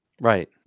Right